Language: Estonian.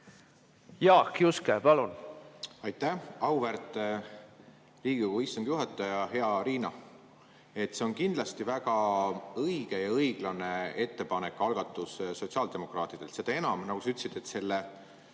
Jaak Juske, palun!